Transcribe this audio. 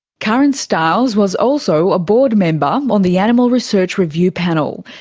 karen stiles was also a board member um on the animal research review panel.